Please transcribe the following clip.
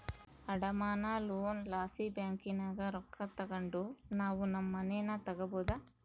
ಅಡಮಾನ ಲೋನ್ ಲಾಸಿ ಬ್ಯಾಂಕಿನಾಗ ರೊಕ್ಕ ತಗಂಡು ನಾವು ನಮ್ ಮನೇನ ತಗಬೋದು